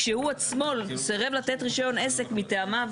כשהוא עצמו סירב לתת רישיון עסק מטעמיו.